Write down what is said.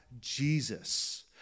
Jesus